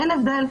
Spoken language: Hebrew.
אין הבדל.